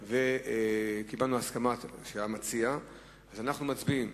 קיבלנו הסכמה של המציע ואנחנו מצביעים.